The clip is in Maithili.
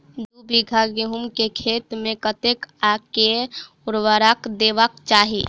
दु बीघा गहूम केँ खेत मे कतेक आ केँ उर्वरक देबाक चाहि?